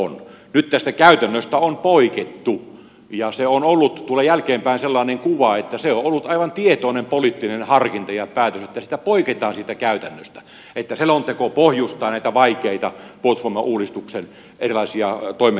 nyt tästä käytännöstä on poikettu ja tulee jälkeenpäin sellainen kuva että se on ollut aivan tietoinen poliittinen harkinta ja päätös että poiketaan siitä käytännöstä että selonteko pohjustaa näitä vaikeita puolustusvoimauudistuksen erilaisia toimenpiteitä